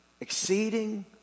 exceeding